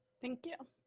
thank you